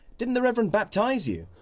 didn't the reverend baptise you?